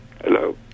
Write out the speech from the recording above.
Hello